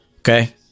Okay